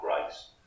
Grace